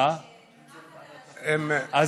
האמת היא שמונחת על שולחן הוועדה,